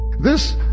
This